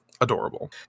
adorable